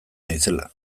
naizela